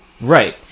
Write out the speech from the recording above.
Right